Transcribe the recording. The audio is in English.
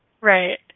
right